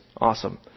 awesome